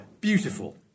beautiful